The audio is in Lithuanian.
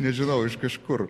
nežinau iš kažkur